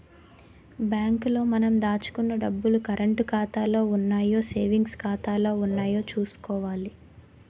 bank లో మనం దాచుకున్న డబ్బులు కరంటు ఖాతాలో ఉన్నాయో సేవింగ్స్ ఖాతాలో ఉన్నాయో చూసుకోవాలి